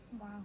Wow